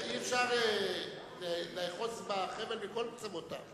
אי-אפשר לאחוז בחבל משני קצותיו.